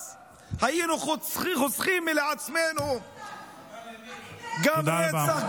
אז היינו חוסכים לעצמנו גם רצח,